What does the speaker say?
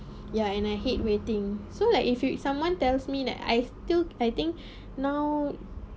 ya and I hate waiting so like if you someone tells me that I still I think now